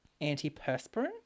antiperspirant